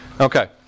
Okay